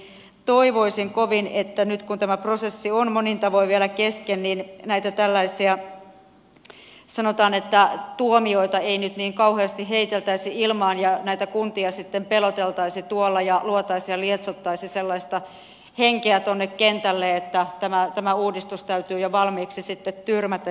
toivoisin kovin että nyt kun tämä prosessi on monin tavoin vielä kesken niin näitä tällaisia sanotaan tuomioita ei nyt niin kauheasti heiteltäisi ilmaan ja kuntia peloteltaisi ja luotaisi ja lietsottaisi kentälle sellaista henkeä että tämä uudistus täytyy jo valmiiksi tyrmätä ja haudata